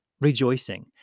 Rejoicing